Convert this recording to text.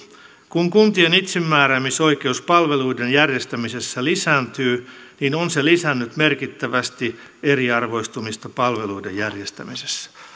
kun kuntien itsemääräämisoikeus palveluiden järjestämisessä lisääntyy niin on se lisännyt merkittävästi eriarvoistumista palveluiden järjestämisessä